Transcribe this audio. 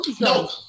No